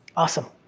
awesome.